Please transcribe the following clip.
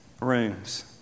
rooms